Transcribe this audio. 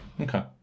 okay